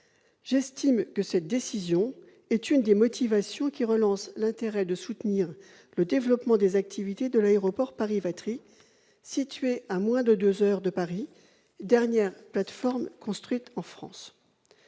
J'estime que cette décision est une motivation pour relancer le soutien au développement des activités de l'aéroport Paris-Vatry, situé à moins de deux heures de Paris, dernière plateforme construite en France.